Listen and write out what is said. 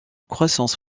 croissance